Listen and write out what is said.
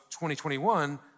2021